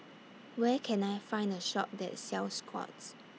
Where Can I Find A Shop that sells Scott's